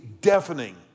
deafening